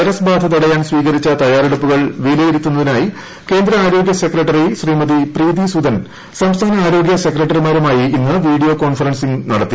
virus ബാധ തടയാൻ സ്വീകരിച്ച തയ്യാറെടുപ്പുകൾ വിലയിരുത്തുന്നതിനായി കേന്ദ്ര ആരോഗ്യ സെക്രട്ടറി ് ശ്രീമതി പ്രീതി സുതൻ സംസ്ഥാന ആരോഗ്യ സെക്രട്ടറിമാരുമായി ഇന്ന് വീഡിയോ കോൺഫറൻസിങ് നടത്തി